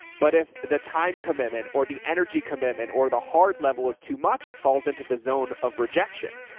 but if the time commitment or the energy commitment or the hard level is too much, it falls into the zone of rejection.